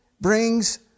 brings